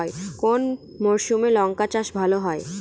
কোন মরশুমে লঙ্কা চাষ ভালো হয়?